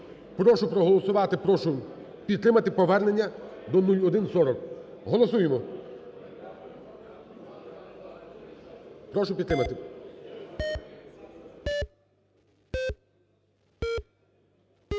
Прошу проголосувати. Прошу підтримати повернення до 0140. Голосуємо. Прошу підтримати.